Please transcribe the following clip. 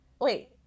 Wait